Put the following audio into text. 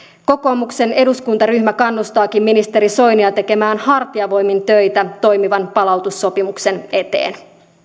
kokoomuksen eduskuntaryhmä kannustaakin ministeri soinia tekemään hartiavoimin töitä toimivan palautussopimuksen eteen